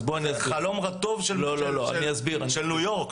חלום רטוב של ניו יורק,